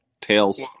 Tails